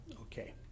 Okay